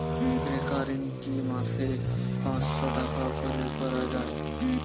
Recurring কি মাসে পাঁচশ টাকা করে করা যায়?